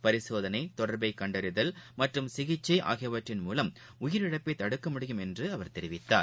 பரிசோதனை தொடர்பைகண்டறிதல் மற்றும் சிகிச்சைஆகியவற்றின் மூலம் உயிரிழப்பைதடுக்க முடியும் என்றுஅவர் தெரிவித்தார்